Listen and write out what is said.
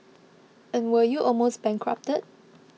and were you almost bankrupted